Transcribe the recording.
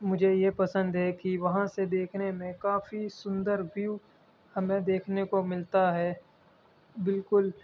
مجھے یہ پسند ہے کہ وہاں سے دیکھنے میں کافی سندر ویو ہمیں دیکھنے کو ملتا ہے بالکل